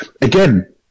again